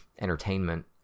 entertainment